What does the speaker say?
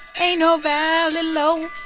ain't no valley low,